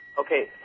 Okay